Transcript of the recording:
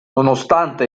nonostante